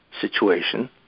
situation